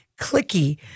clicky